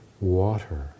water